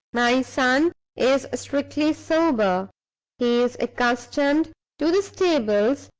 my son is strictly sober. he is accustomed to the stables,